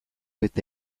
eta